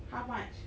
how much